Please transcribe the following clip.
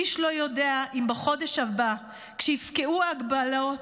איש לא יודע אם בחודש הבא, כשיפקעו ההגבלות,